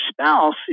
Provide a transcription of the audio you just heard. spouse